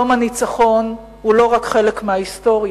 יום הניצחון הוא לא רק חלק מההיסטוריה